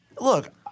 look